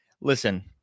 Listen